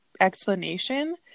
explanation